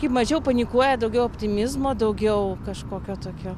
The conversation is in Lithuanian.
kaip mažiau panikuoja daugiau optimizmo daugiau kažkokio tokio